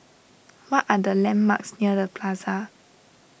what are the landmarks near the Plaza